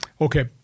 Okay